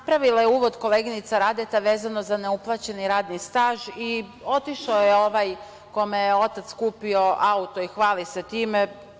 Napravila je uvod koleginica Radeta, vezano za neuplaćeni radni staž i otišao je ovaj kome je otac kupio auto i hvali se time.